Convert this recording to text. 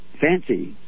fancy